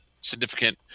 significant